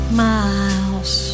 miles